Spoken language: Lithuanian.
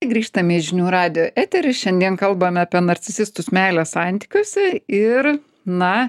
grįžtame į žinių radijo eterį šiandien kalbame apie narcisistus meilės santykiuose ir na